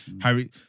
Harry